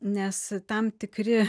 nes tam tikri